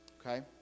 Okay